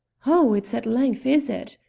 oh! it's that length, is it?